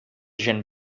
gent